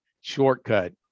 shortcut